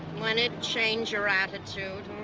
leonard, change your attitude,